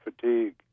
fatigue